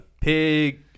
Pig